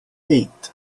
eight